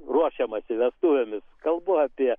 ruošiamasi vestuvėmis kalbu apie